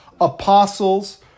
Apostles